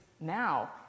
now